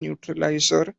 neuralizer